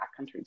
backcountry